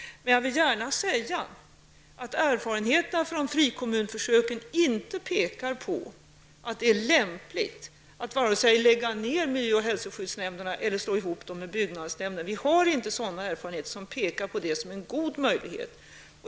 Men jag vill gärna säga att erfarenheterna från frikommunförsöket inte pekar på att det är lämpligt att vare sig lägga ned miljö och hälsoskyddsnämnderna eller att slå ihop dem med byggnadsnämnderna. Vi har inte sådana erfarenheter som pekar på det som en god möjlighet.